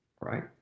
right